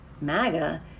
MAGA